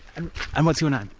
and and what's your name?